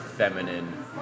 feminine